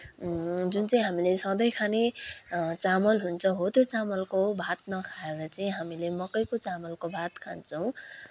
जुन चाहिँ हामीले सधैँ खाने चामल हुन्छ हो त्यो चामलको भात नखाएर चाहिँ हामीले मकैको चामलको भात खान्छौँ